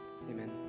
Amen